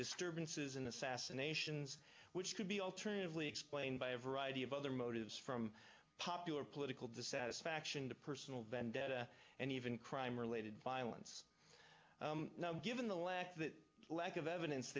disturbances and assassinations which could be alternatively explained by a variety of other motives from popular political dissatisfaction to personal vendetta and even crime related violence given the lack the lack of evidence